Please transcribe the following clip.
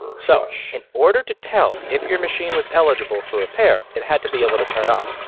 so, in order to tell if your machine was eligible for repair it had to be able to turn on.